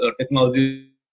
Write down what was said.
technology